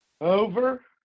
over